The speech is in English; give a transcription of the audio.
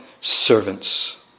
servants